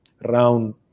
round